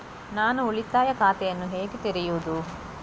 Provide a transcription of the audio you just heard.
ನಾನು ಉಳಿತಾಯ ಖಾತೆಯನ್ನು ಹೇಗೆ ತೆರೆಯುದು?